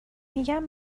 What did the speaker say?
میگم